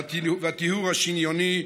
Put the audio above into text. והטיהור השניוני,